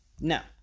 Now